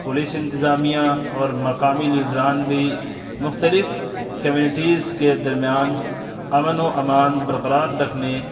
police انتظامیہ اور مقامی لیڈران بھی مختلف کمیونٹیز کے درمیان امن و امان برقرار رکھنے